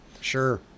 sure